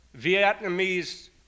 Vietnamese